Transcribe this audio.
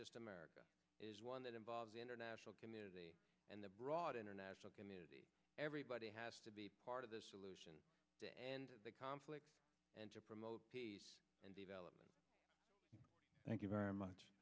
just america is one that involves international community and the broader international community everybody has to be part of the solution to end the conflict and to promote development thank you very much